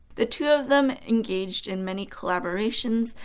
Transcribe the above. the two of them engaged in many collaborations,